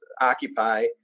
occupy